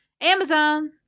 Amazon